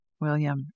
William